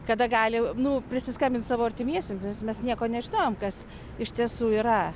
kada gali nu prisiskambint savo artimiesiems nes mes nieko nežinojom kas iš tiesų yra